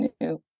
new